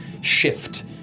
shift